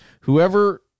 Whoever